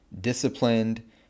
disciplined